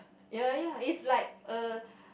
ya ya ya it's like a